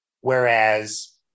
Whereas